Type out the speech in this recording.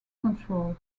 control